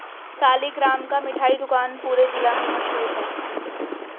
सालिगराम का मिठाई दुकान पूरे जिला में मशहूर है